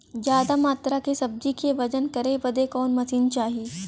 ज्यादा मात्रा के सब्जी के वजन करे बदे कवन मशीन चाही?